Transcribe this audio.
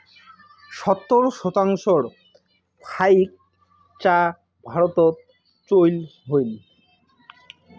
সত্তর শতাংশর ফাইক চা ভারতত চইল হই